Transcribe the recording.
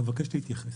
אבקש להתייחס.